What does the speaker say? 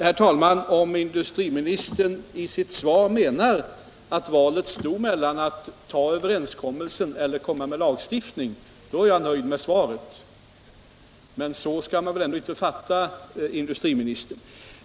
Herr talman! Om industriministern med sitt svar menar att valet stod mellan denna överenskommelse och lagstiftning är jag nöjd med svaret, men så skall man väl inte fatta industriministern.